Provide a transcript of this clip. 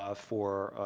ah for,